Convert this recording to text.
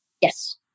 Yes